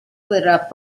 verrà